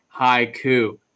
haiku